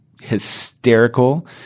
hysterical